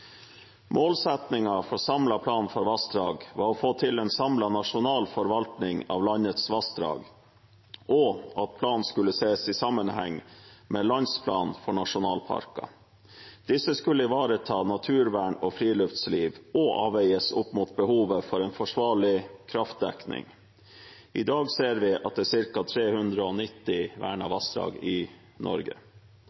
for en samlet plan for vassdrag var å få til en samlet nasjonal forvaltning av landets vassdrag, og at planen skulle ses i sammenheng med landsplan for nasjonalparker. Disse skulle ivareta naturvern og friluftsliv og avveies opp mot behovet for en forsvarlig kraftdekning. I dag ser vi at det er ca. 390